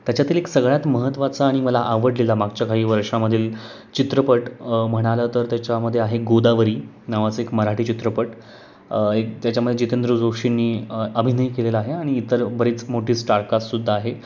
त्याच्यातील एक सगळ्यात महत्वाचा आणि मला आवडलेला मागच्या काही वर्षामधील चित्रपट म्हणाल तर त्याच्यामध्ये आहे गोदावरी नावाचं एक मराठी चित्रपट एक त्याच्यामध्ये जितेंद्र जोशींनी अभिनय केलेला आहे आणि इतर बरीच मोठी स्टारकास्टसुद्धा आहे